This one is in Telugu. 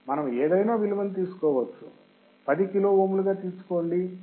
మనము ఏదైనా విలువను తీసుకోవచ్చు 10 కిలో ఓంలు గా తీసుకోండి